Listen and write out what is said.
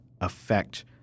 affect